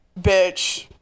bitch